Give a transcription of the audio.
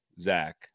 zach